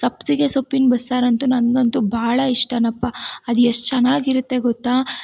ಸಬ್ಬಸ್ಸಿಗೆ ಸೊಪ್ಪಿನ ಬಸ್ಸಾರು ಅಂತೂ ನನಗಂತೂ ಭಾಳ ಇಷ್ಟನಪ್ಪ ಅದೆಷ್ಟು ಚೆನ್ನಾಗಿರುತ್ತೆ ಗೊತ್ತಾ